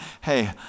hey